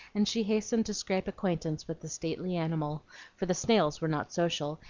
and she hastened to scrape acquaintance with the stately animal for the snails were not social,